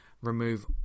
remove